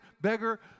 beggar